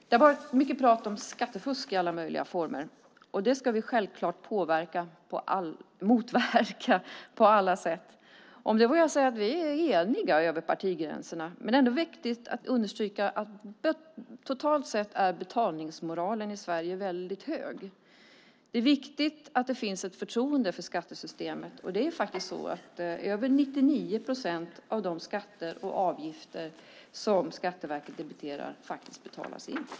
Det har varit mycket prat om skattefusk i alla möjliga former, och det ska vi självklart motverka på alla sätt. Om det vågar jag säga att vi är eniga över partigränserna, men det är ändå viktigt att understryka att totalt sett är betalningsmoralen i Sverige väldigt hög. Det är viktigt att det finns ett förtroende för skattesystemet. Det är faktiskt så att över 99 procent av de skatter och avgifter som Skatteverket debiterar betalas in.